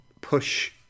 push